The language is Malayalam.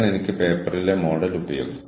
ഇവിടെ ഈ പോയിന്റ് യഥാർത്ഥത്തിൽ ആരാണ് ഉത്തരവാദി